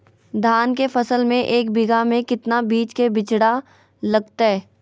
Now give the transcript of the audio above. धान के फसल में एक बीघा में कितना बीज के बिचड़ा लगतय?